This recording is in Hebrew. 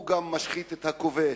הוא גם משחית את הכובש.